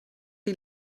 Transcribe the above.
die